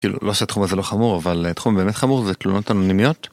לא שתחום הזה לא חמור אבל תחום באמת חמור זה תלונות אנונימיות.